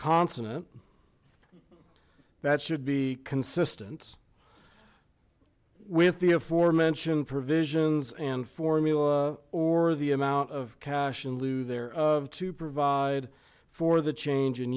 consonant that should be consistent with the aforementioned provisions and formula or the amount of cash in lieu there of to provide for the change in